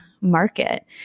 market